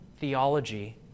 theology